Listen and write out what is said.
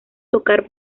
tocar